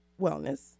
wellness